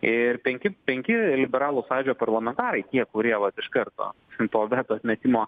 ir penki penki liberalų sąjūdžio parlamentarai tie kurie vat iš karto ant to veto atmetimo